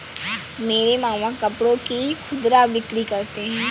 मेरे मामा कपड़ों की खुदरा बिक्री करते हैं